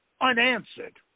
unanswered